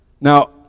Now